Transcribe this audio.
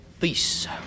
Peace